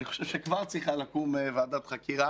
אני חושב שכבר צריכה לקום ועדת חקירה